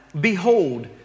Behold